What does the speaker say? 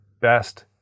best